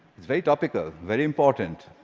it's very topical, very important.